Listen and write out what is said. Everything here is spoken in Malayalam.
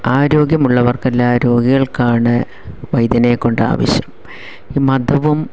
ആരോഗ്യം ഉള്ളവർക്കല്ലാ രോഗികൾക്കാണ് വൈദ്യനെക്കൊണ്ട് ആവശ്യം ഈ മതവും